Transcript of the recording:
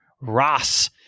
Ross